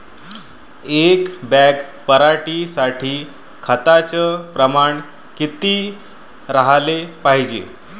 एक बॅग पराटी साठी खताचं प्रमान किती राहाले पायजे?